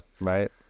Right